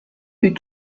eut